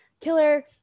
killer